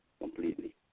completely